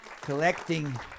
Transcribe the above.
collecting